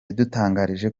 yadutangarije